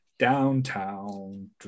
Downtown